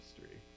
history